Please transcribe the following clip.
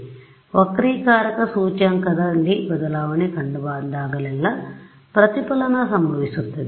ಆದ್ದರಿಂದ ವಕ್ರೀಕಾರಕ ಸೂಚ್ಯಂಕದ ದಲ್ಲಿ ಬದಲಾವಣೆ ಕಂಡುಬಂದಾಗಲೆಲ್ಲಾ ಪ್ರತಿಫಲನ ಸಂಭವಿಸುತ್ತದೆ